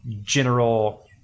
general